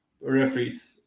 referees